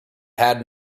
had